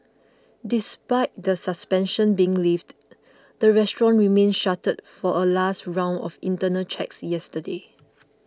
despite the suspension being lifted the restaurant remained shuttered for a last round of internal checks yesterday